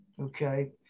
Okay